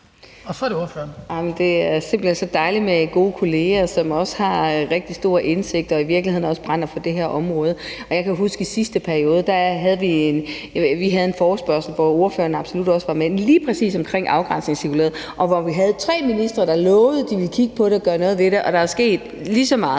Broman Mølbæk (SF): Det er simpelt hen så dejligt med gode kolleger, som også har rigtig stor indsigt og i virkeligheden også brænder for det her område. Og jeg kan huske fra sidste periode, at der havde vi en forespørgsel, hvor ordføreren absolut også var med, lige præcis om afgrænsningscirkulæret, og hvor vi havde tre ministre, der lovede, de ville kigge på det og gøre noget ved det, og der er sket lige så meget.